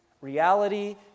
Reality